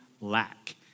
lack